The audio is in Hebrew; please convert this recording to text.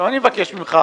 אני מבקש ממך,